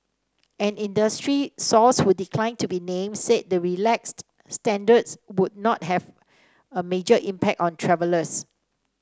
an industry source who declined to be named said the relaxed standards would not have a major impact on travellers